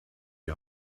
die